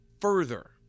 further